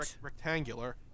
rectangular